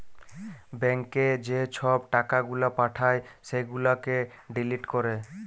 ব্যাংকে যে ছব টাকা গুলা পাঠায় সেগুলাকে ডিলিট ক্যরে